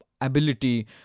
ability